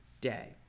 day